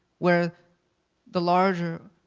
where the larger